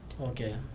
Okay